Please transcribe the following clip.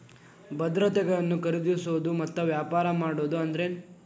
ಭದ್ರತೆಗಳನ್ನ ಖರೇದಿಸೋದು ಮತ್ತ ವ್ಯಾಪಾರ ಮಾಡೋದ್ ಅಂದ್ರೆನ